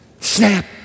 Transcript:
Snap